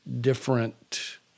different